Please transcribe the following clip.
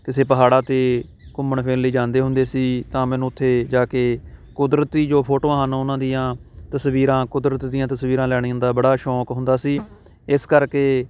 ਕਿਸੇ ਪਹਾੜਾਂ 'ਤੇ ਘੁੰਮਣ ਫਿਰਨ ਲਈ ਜਾਂਦੇ ਹੁੰਦੇ ਸੀ ਤਾਂ ਮੈਨੂੰ ਉੱਥੇ ਜਾ ਕੇ ਕੁਦਰਤੀ ਜੋ ਫੋਟੋਆਂ ਹਨ ਉਹਨਾਂ ਦੀਆਂ ਤਸਵੀਰਾਂ ਕੁਦਰਤ ਦੀਆਂ ਤਸਵੀਰਾਂ ਲੈਣ ਦਾ ਬੜਾ ਸ਼ੌਕ ਹੁੰਦਾ ਸੀ ਇਸ ਕਰਕੇ